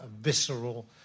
visceral